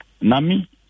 Nami